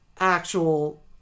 actual